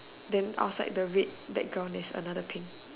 then outside the red background there's another pink